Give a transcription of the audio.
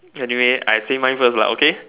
anyway I say mine first lah okay